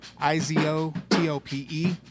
I-Z-O-T-O-P-E